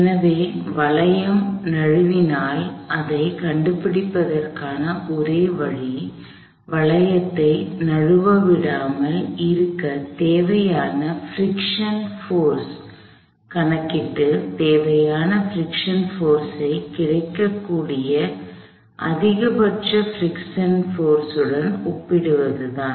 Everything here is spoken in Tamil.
எனவே வளையம் நழுவினால் அதைக் கண்டுபிடிப்பதற்கான ஒரே வழி வளையத்தை நழுவவிடாமல் இருக்கத் தேவையான பிரிக்க்ஷன் போர்ஸ் ஐfriction force உராய்வு விசை கணக்கிட்டு தேவையான பிரிக்க்ஷன் போர்ஸ் ஐ கிடைக்கக்கூடிய அதிகபட்ச பிரிக்க்ஷன் போர்ஸ் உடன் ஒப்பிடுவதுதான்